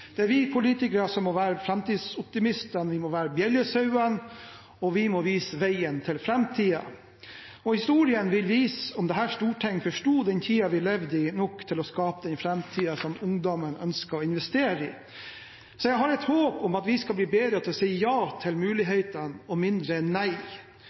Det er vi politikere som må være framtidsoptimistene, vi må være bjellesauene – og vi må vise veien til framtiden. Historien vil vise om dette storting forsto den tiden vi levde i, nok til å skape den framtiden som ungdommen ønsker å investere i. Så jeg har et håp om at vi skal bli bedre til å si ja til mulighetene, og mindre nei.